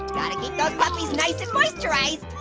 gotta keep those puppies nice and moisturized!